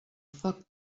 foc